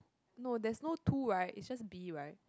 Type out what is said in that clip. no there's no two right it's just B right